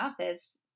office